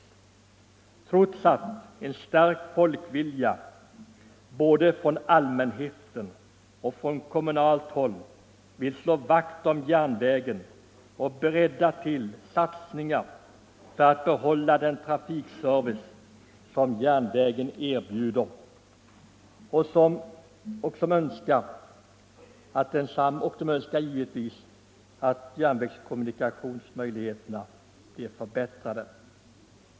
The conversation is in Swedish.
Detta sker trots att där finns en stark folkvilja både hos allmänheten och från kommunalt håll som vill slå vakt om järnvägen och trots att människorna är beredda att göra satsningar för att få behålla och förbättra den trafikservice som järnvägen erbjuder.